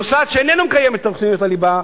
מוסד שאיננו מקיים את תוכניות הליבה,